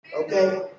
Okay